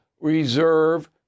reserve